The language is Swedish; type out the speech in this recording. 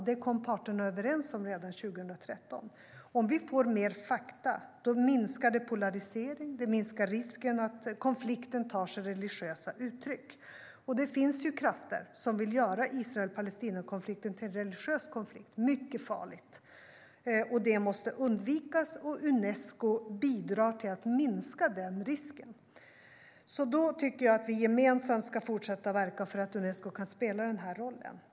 Det kom parterna överens om redan 2013. Om vi får mer fakta minskar det polariseringen och risken att konflikten tar sig religiösa uttryck, för det finns ju krafter som vill göra Israel-Palestina-konflikten till en religiös konflikt - mycket farligt. Detta måste undvikas, och Unesco bidrar till att minska den risken. Därför tycker jag att vi gemensamt ska fortsätta att verka för att Unesco kan spela den här rollen.